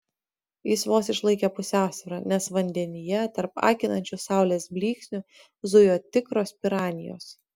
jis vos išlaikė pusiausvyrą nes vandenyje tarp akinančių saulės blyksnių zujo tikros piranijos